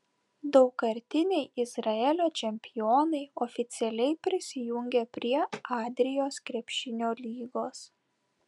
daugkartiniai izraelio čempionai oficialiai prisijungė prie adrijos krepšinio lygos